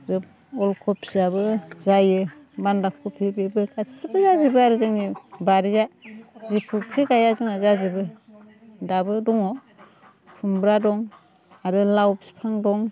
आरो अल खफियाबो जायो बान्दा खफि बेबो गासिबो जाजोबो आरो जोंनि बारिया जेखौखि गाया जोंना जाजोबो दाबो दङ खुमब्रा दं आरो लाव बिफां दं